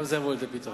גם זה יבוא לידי פתרון.